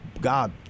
God